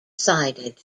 sided